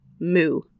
moo